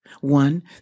One